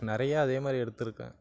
நிறையா அதே மாதிரி எடுத்துருக்கேன்